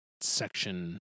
section